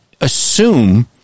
assume